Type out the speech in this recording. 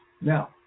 Now